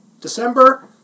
December